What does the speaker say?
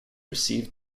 received